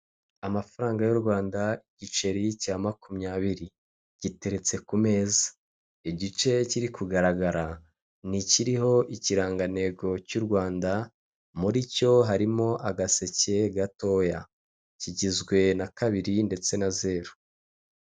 Amafaranga y'u Rwanda, igiceri cya makumyabiri. Giteretse ku meza! Igice kiri kugaragara ni ikiriho ikirangantego cy'u Rwanda, muri cyo harimo agaseke gatoya. Kigizwe na kabiri ndetse na zeru.